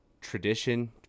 tradition